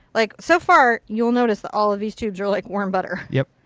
like so far you'll notice that all of these tubes are like warm butter. yep.